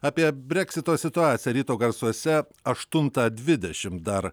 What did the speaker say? apie breksito situacija ryto garsuose aštuntą dvidešim dar